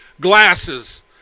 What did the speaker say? glasses